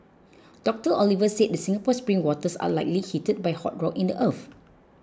Doctor Oliver said the Singapore spring waters are likely heated by hot rock in the earth